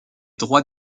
droits